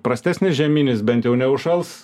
prastesnis žieminis bent jau neužšals